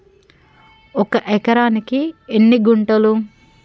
ఒక ఎకరానికి ఎన్ని గుంటలు?